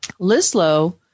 Lislow